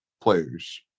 players